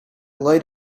light